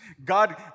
God